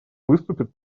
выступит